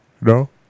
No